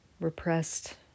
repressed